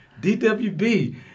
DWB